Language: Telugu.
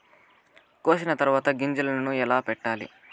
కోసిన తర్వాత గింజలను ఎలా పెట్టాలి